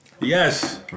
Yes